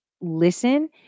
listen